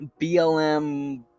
BLM